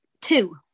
two